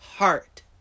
Heart